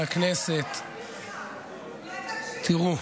תהיה הגון.